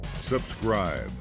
subscribe